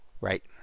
Right